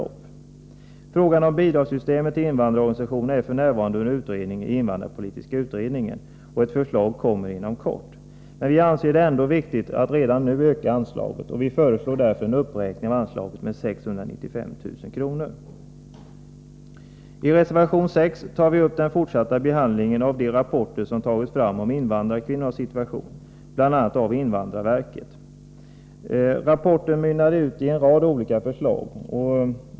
Frågan om systemet för bidragsgivningen till invandrarorganisationerna är f.n. under utredning i invandrarpolitiska utredningen, och ett förslag kommer att läggas fram inom kort. Vi anser det ändå viktigt att redan nu öka anslaget, och vi föreslår därför en uppräkning av det med 695 000 kr. I reservation 6 tar vi upp den fortsatta behandlingen av de rapporter som presenterats om invandrarkvinnornas situation. Det gäller bl.a. en rapport från invandrarverket. Rapporten mynnade ut i en rad olika förslag.